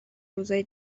روزای